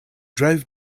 drove